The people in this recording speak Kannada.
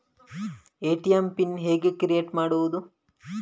ಎ.ಟಿ.ಎಂ ಪಿನ್ ಹೇಗೆ ಕ್ರಿಯೇಟ್ ಮಾಡುವುದು?